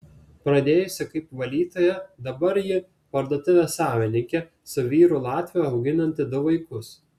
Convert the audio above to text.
pradėjusi kaip valytoja dabar ji parduotuvės savininkė su vyru latviu auginanti du vaikus